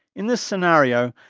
in this scenario,